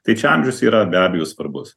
tai čia amžius yra be abejo svarbus